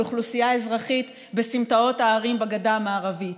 אוכלוסייה אזרחית בסמטאות הערים בגדה המערבית,